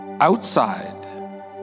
Outside